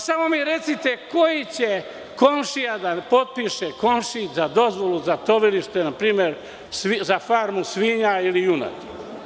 Samo mi recite koji će komšija da potpiše komšiji za dozvolu za tovilište npr. za farmu svinja ili junadi?